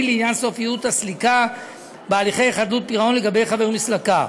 לעניין סופיות הסליקה בהליכי חדלות פירעון לגבי חבר מסלקה.